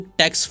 tax